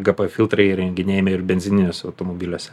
gp filtrai įrenginėjami ir benzininiuose automobiliuose